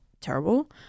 terrible